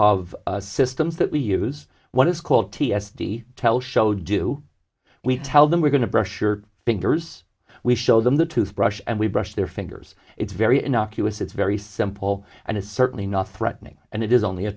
of systems that we use what is called t s d tell show do we tell them we're going to brush your fingers we show them the tooth brush and we brush their fingers it's very innocuous it's very simple and it's certainly not threatening and it is only a